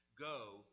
go